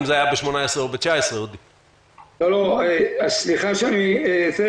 אם הוא היה 2018 או 19. סליחה שאני מתערב